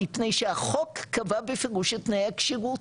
מפני שהחוק קבע בפירוש את תנאי הכשירות,